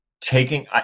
taking